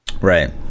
Right